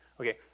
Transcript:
Okay